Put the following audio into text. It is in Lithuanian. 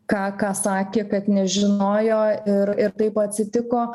ką ką sakė kad nežinojo ir ir taip atsitiko